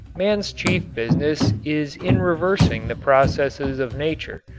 man's chief business is in reversing the processes of nature.